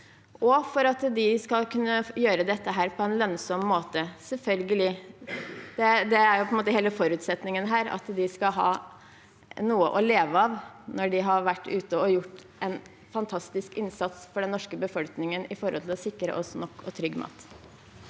og for at de skal kunne gjøre det på en lønnsom måte – selvfølgelig. Hele forutsetningen her er at de skal ha noe å leve av når de har vært ute og gjort en fantastisk innsats for den norske befolkningen for å sikre oss nok og trygg mat.